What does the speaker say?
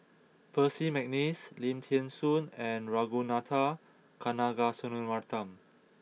Percy McNeice Lim Thean Soo and Ragunathar Kanagasuntheram